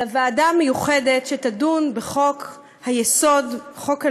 על הוועדה המיוחדת שתדון בחוק-היסוד, חוק הלאום.